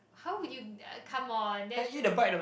how would you come on that's just